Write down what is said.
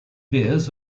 beers